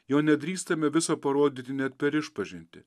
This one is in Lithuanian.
jo nedrįstame viso parodyti net per išpažintį